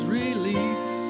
release